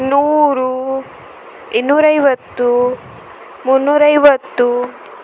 ನೂರು ಇನ್ನೂರೈವತ್ತು ಮೂನ್ನೂರೈವತ್ತು